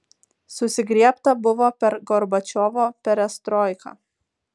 susigriebta buvo per gorbačiovo perestroiką